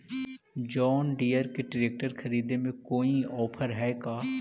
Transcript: जोन Deere के tractor खरिदे में कोई औफर है का?